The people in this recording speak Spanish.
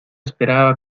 esperaba